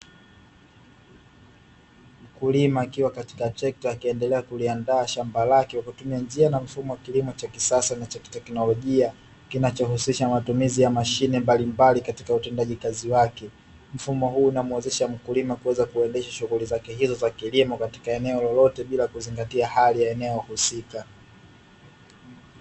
Mkulima akiwa katika trekta akiendelea kuliandaa shamba lake kwa kutumia njia na mfumo wa kilimo cha kisasa na cha teknolojia, kinachohusisha matumizi ya mashine mbalimbali katika utendaji kazi wake. Mfumo huu unamuwezesha mkulima kuweza kuendesha shughuli zake hizo za kilimo katika eneo lolote bila kuzingatia hali ya eneo husika.